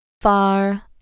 far